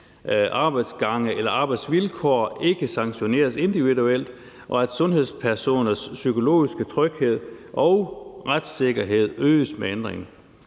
arbejdsgange eller arbejdsvilkår, ikke sanktioneres individuelt, og at sundhedspersoners psykologiske tryghed og retssikkerhed øges med ændringen.